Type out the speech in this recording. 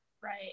Right